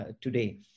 today